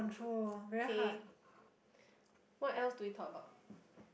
control very hard